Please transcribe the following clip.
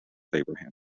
abraham